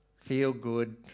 feel-good